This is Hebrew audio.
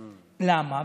למה?